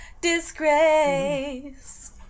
Disgrace